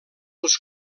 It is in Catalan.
els